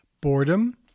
Boredom